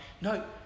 No